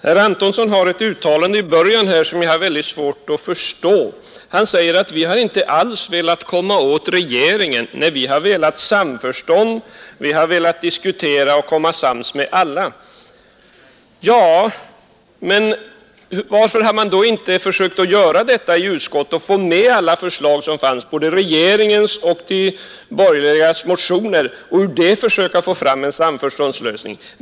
Herr talman! Herr Antonsson gjorde i början av sitt anförande ett uttalande, som jag hade mycket svårt att förstå. Han sade: Vi har inte alls velat komma åt regeringen. Vi har velat samförstånd. Vi har velat diskutera och bli sams med alla. Men varför har ni då inte velat i utskottet behandla alla förslag som fanns, både regeringens förslag och de borgerligas motioner, och ur dem försökt få fram en samförståndslösning?